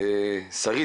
שרית,